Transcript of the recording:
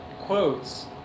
quotes